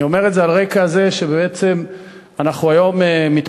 אני אומר את זה על רקע זה שאנחנו היום מתפזרים,